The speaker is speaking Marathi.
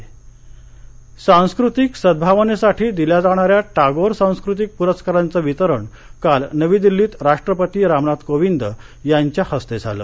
सुतार परस्कार सांस्कृतिक सद्भावनेसाठी दिल्या जाणाऱ्या टागोर सांस्कृतिक पुस्स्कारांचं वितरण काल नवी दिल्लीत राष्ट्रपती रामनाथ कोविद यांच्या हस्ते झालं